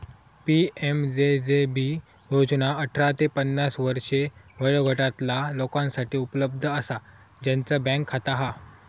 PMJJB योजना अठरा ते पन्नास वर्षे वयोगटातला लोकांसाठी उपलब्ध असा ज्यांचा बँक खाता हा